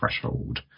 threshold